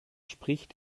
spricht